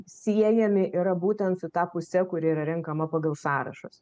siejami yra būtent su ta puse kuri yra renkama pagal sąrašus